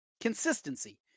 consistency